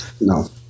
no